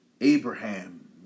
Abraham